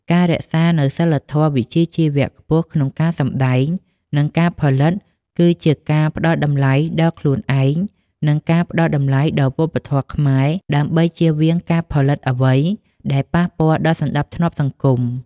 ការរក្សានូវសីលធម៌វិជ្ជាជីវៈខ្ពស់ក្នុងការសម្ដែង និងការផលិត គឺជាការផ្ដល់តម្លៃដល់ខ្លួនឯង និងការផ្ដល់តម្លៃដល់វប្បធម៌ខ្មែរ ដើម្បីចៀសវាងការផលិតអ្វីដែលប៉ះពាល់ដល់សណ្ដាប់ធ្នាប់សង្គម។